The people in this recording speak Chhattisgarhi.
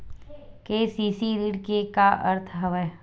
के.सी.सी ऋण के का अर्थ हवय?